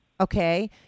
Okay